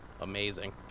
amazing